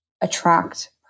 attract